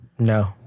No